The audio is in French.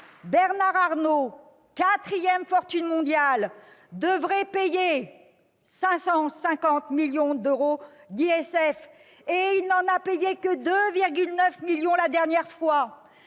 Bernard Arnault, quatrième fortune mondiale, devrait payer 550 millions d'euros d'ISF ; il n'en a payé que 2,9 millions la dernière fois.